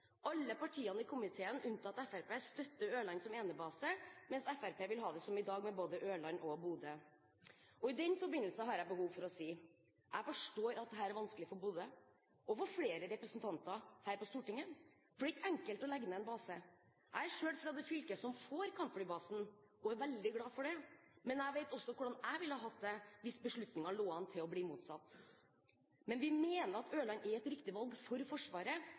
Alle partiene i komiteen, unntatt Fremskrittspartiet, støtter Ørland som enebase. Fremskrittspartiet vil ha det som i dag, med både Ørland og Bodø. I den forbindelse har jeg behov for å si: Jeg forstår at dette er vanskelig for Bodø og for flere representanter her på Stortinget, for det er ikke enkelt å legge ned en base. Jeg er selv fra det fylket som får kampflybasen, og er veldig glad for det, men jeg vet også hvordan jeg ville hatt det hvis beslutningen lå an til å bli motsatt. Men vi mener at Ørland er et riktig valg – for Forsvaret